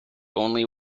only